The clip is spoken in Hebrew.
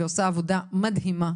ועושה עבודה מדהימה.